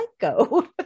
psycho